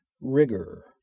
rigor